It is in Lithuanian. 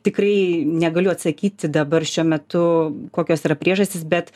tikrai negaliu atsakyti dabar šiuo metu kokios yra priežastys bet